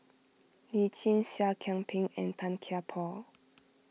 Lee Tjin Seah Kian Peng and Tan Kian Por